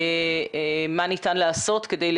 אנחנו מנסים להבין כמו